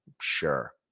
Sure